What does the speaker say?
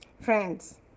Friends